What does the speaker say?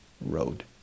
road